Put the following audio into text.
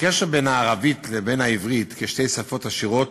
הקשר בין הערבית לבין העברית, כשתי שפות עשירות,